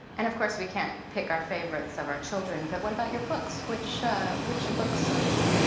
and of course, we can't pick our favorites of our children, but what about your books? which which books are your.